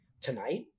tonight